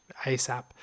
ASAP